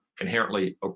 inherently